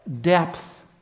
depth